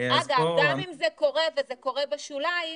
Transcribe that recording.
אגב, גם אם זה קורה וזה קורה בשוליים,